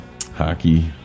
hockey